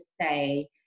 say